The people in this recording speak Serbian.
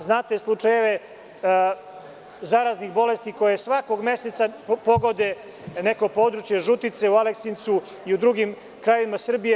Znate slučajeve zaraznih bolesti koje svakog meseca pogode neko područje žutice u Aleksincu i u drugim krajevima Srbije.